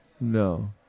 No